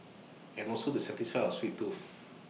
and also to satisfy our sweet tooth